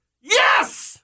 Yes